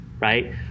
right